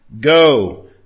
Go